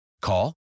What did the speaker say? Call